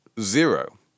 zero